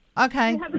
Okay